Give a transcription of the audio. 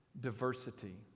diversity